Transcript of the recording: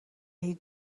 هیچ